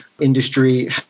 industry